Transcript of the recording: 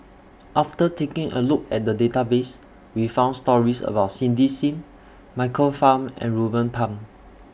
after taking A Look At The Database We found stories about Cindy SIM Michael Fam and Ruben Pang